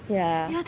ya